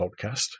podcast